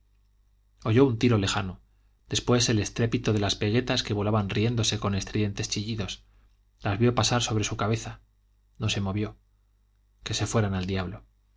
oyó un tiro lejano después el estrépito de las peguetas que volaban riéndose con estridentes chillidos las vio pasar sobre su cabeza no se movió que se fueran al diablo